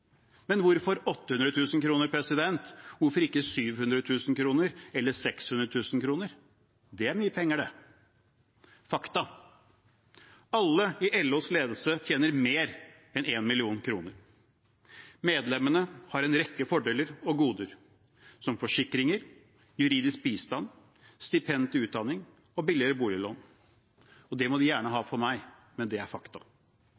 Men hvorfor 800 000 kr? Hvorfor ikke 700 000 kr eller 600 000 kr? Det er mye penger, det. Fakta: Alle i LOs ledelse tjener mer enn 1 mill. kr. Medlemmene har en rekke fordeler og goder, som forsikringer, juridisk bistand, stipend til utdanning og billigere boliglån. Det må de gjerne ha for meg, men det er fakta.